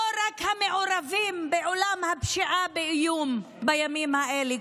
לא רק המעורבים בעולם הפשיעה באיום בימים האלה,